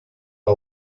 que